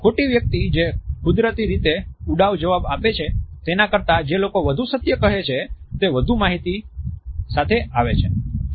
ખોટી વ્યક્તિ જે કુદરતી રીતે ઉડાઉ જવાબ આપે છે તેના કરતાં જે લોકો વધુ સત્ય કહે છે તે વધુ માહિતી સાથે આવે છે